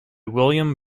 william